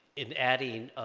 in adding